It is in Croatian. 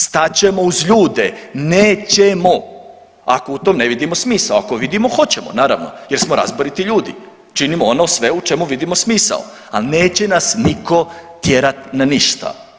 Stat ćemo uz ljude, nećemo, ako u tome ne vidimo smisao, ako vidimo hoćemo naravno jer smo razboriti ljudi, činimo ono sve u čemu vidimo smisao, al neće nas nitko tjerat na ništa.